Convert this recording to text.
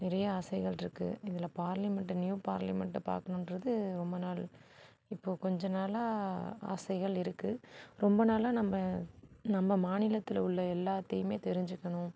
நிறைய ஆசைகள் இருக்குது இதில் பார்லிமெண்ட்டு நியூ பார்லிமெண்ட்டை பார்க்கணுன்றது ரொம்ப நாள் இப்போ கொஞ்ச நாளாக ஆசைகள் இருக்குது ரொம்ப நாளாக நம்ம நம்ம மாநிலத்தில் உள்ள எல்லாத்தையுமே தெரிஞ்சிக்கணும்